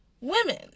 women